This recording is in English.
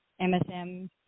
MSM